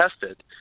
tested